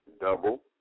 double